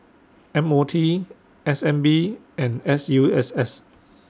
M O T S N B and S U S S